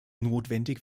notwendig